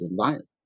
environment